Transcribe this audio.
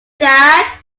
that